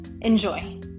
Enjoy